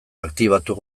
aktibatu